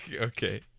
Okay